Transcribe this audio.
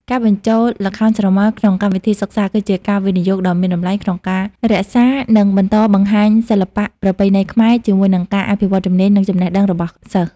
ការបញ្ចូលល្ខោនស្រមោលក្នុងកម្មវិធីសិក្សា គឺជាការវិនិយោគដ៏មានតម្លៃក្នុងការរក្សា និងបន្តបង្ហាញសិល្បៈប្រពៃណីខ្មែរ ជាមួយនឹងការអភិវឌ្ឍជំនាញ និងចំណេះដឹងរបស់សិស្ស។